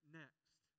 next